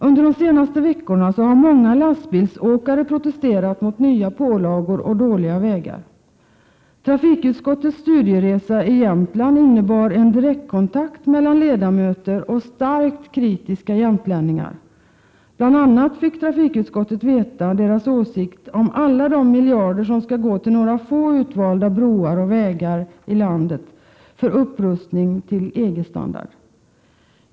Under de senaste veckorna har många lastbilsåkare protesterat mot nya pålagor och dåliga vägar. Under trafikutskottets studieresa i Jämtland gavs tillfälle till direktkontakt mellan utskottsledamöter och starkt kritiska jämtlänningar. Trafikutskottet fick bl.a. veta deras åsikter om alla de miljarder som skall gå till några få utvalda broar och vägar i landet för upprustning till EG-standard.